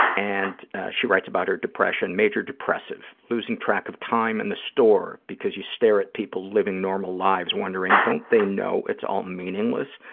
and she writes about her depression, major depressive, losing track of time in the store because you stare at people living normal lives, wondering, don't they know it's all meaningless?